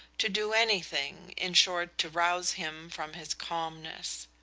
to do anything, in short, to rouse him from his calmness.